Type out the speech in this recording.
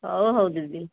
ହଉ ହଉ ଦିଦି